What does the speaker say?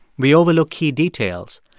we overlook key details.